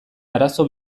arazo